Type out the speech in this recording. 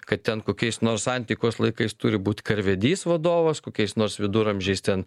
kad ten kokiais nors antikos laikais turi būt karvedys vadovas kokiais nors viduramžiais ten